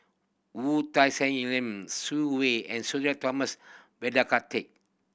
Wu Tsai Yen Lim Swee Say and Sudhir Thomas Vadaketh